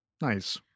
Nice